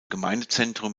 gemeindezentrum